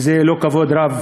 וזה לא כבוד רב